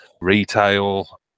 Retail